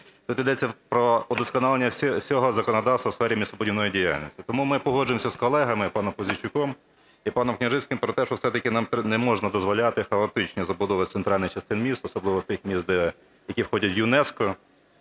Тут ідеться про вдосконалення всього законодавство у сфері містобудівної діяльності. Тому ми погоджуємося з колегами, паном Пузійчуком, і паном Княжицьким, про те, що все-таки нам неможна дозволяти хаотичні забудови центральних частин міст, особливо тих міст, які входять в ЮНЕСКО,